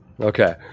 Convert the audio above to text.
Okay